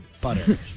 butter